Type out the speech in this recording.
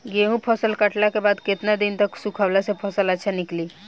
गेंहू फसल कटला के बाद केतना दिन तक सुखावला से फसल अच्छा निकली?